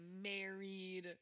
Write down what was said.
married